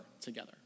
together